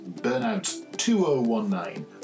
burnout2019